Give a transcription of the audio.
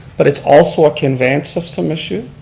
but it's also a conveyance system issue.